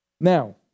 Now